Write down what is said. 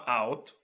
out